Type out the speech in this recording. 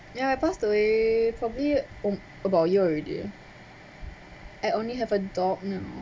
yeah passed away probably mm about a year already ah I only have a dog now